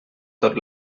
tot